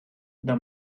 the